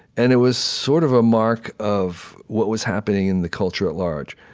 and it was sort of a mark of what was happening in the culture at large.